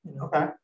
Okay